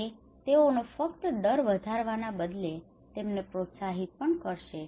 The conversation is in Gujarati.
તે તેઓનો ફક્ત ડર વધારવાના બદલે તેમને પ્રોત્સાહિત પણ કરશે